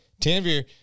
Tanvir